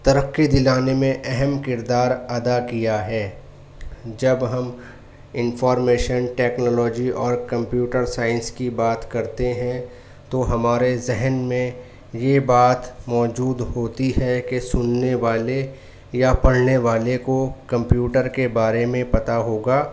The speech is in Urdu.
ترقی دلانے میں اہم کردار ادا کیا ہے جب ہم انفارمیشن ٹیکنالوجی اور کمپیوٹر سائنس کی بات کرتے ہیں تو ہمارے ذہن میں یہ بات موجود ہوتی ہے کہ سننے والے یا پڑھنے والے کو کمپیوٹر کے بارے میں پتا ہوگا